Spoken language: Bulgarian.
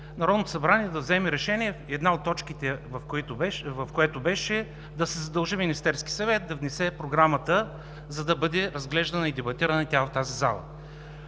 Народното събрание да вземе решение, една от точките в което беше да се задължи Министерският съвет да внесе Програмата, за да бъде дебатирана в тази зала.